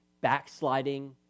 backsliding